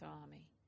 army